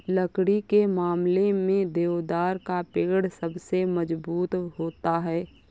लकड़ी के मामले में देवदार का पेड़ सबसे मज़बूत होता है